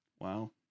Wow